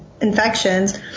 infections